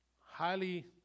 Highly